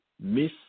miss